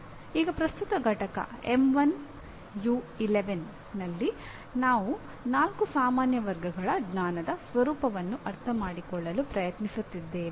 ಈಗ ಪ್ರಸ್ತುತ ಪಠ್ಯ M1U11 ನಲ್ಲಿ ನಾವು ನಾಲ್ಕು ಸಾಮಾನ್ಯ ವರ್ಗಗಳ ಜ್ಞಾನದ ಸ್ವರೂಪವನ್ನು ಅರ್ಥಮಾಡಿಕೊಳ್ಳಲು ಪ್ರಯತ್ನಿಸುತ್ತಿದ್ದೇವೆ